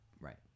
Right